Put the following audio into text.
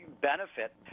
benefit